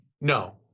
No